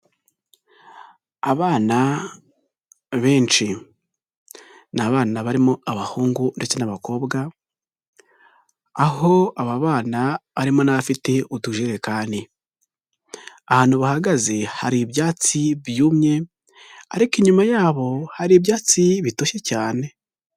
Abana benshi ni abana barimo abahungu ndetse n'abakobwa, aho aba bana harimo n'abafite utujerekani, ahantu bahagaze hari ibyatsi byumye ariko inyuma yabo hari ibyatsi bitoshye cyane.